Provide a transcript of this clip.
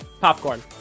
Popcorn